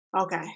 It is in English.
Okay